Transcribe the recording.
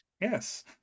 yes